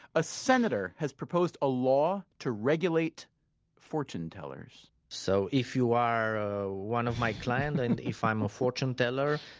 a senator has proposed a law to regulate fortune tellers so if you are one of my clients and if i am a fortune teller,